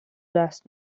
دست